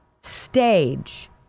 stage